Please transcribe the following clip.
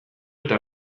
eta